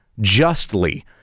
justly